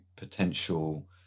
potential